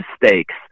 mistakes